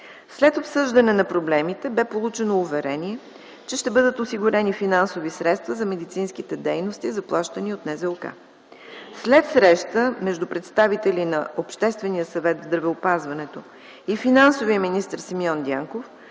След обсъждането на проблемите бе получено уверение, че ще бъдат осигурени финансови средства за медицинските дейности, заплащани от НЗОК. След среща между представители на Обществения съвет в здравеопазването и финансовият министър Симеон Дянков